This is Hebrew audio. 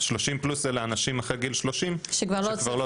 30 פלוס הם אנשים אחרי גיל 30 שכבר לא